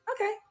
Okay